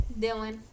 Dylan